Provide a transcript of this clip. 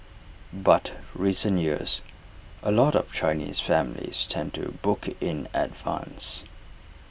but recent years A lot of Chinese families tend to book in advance